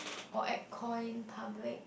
or act coy in public